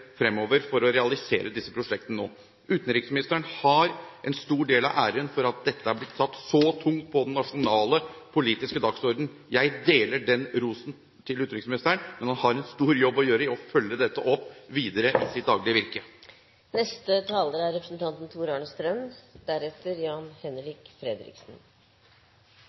fremover for å realisere disse prosjektene. Utenriksministeren har en stor del av æren for at dette har blitt satt så tungt på den nasjonale politiske dagsordenen. Jeg deler synet på rosen til utenriksministeren. Men han har en stor jobb å gjøre for å følge dette videre opp i sitt daglige virke. Vi, og regjeringen, mener at økt satsing på infrastruktur er